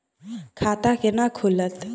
खाता केना खुलत?